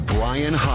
Brian